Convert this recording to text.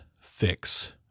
fix